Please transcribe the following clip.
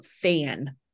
fan